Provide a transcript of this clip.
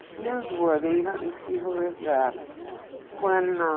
newsworthy let me see, where is that when.